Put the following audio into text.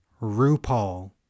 RuPaul